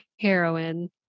Heroin